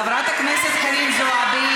חברת הכנסת חנין זועבי,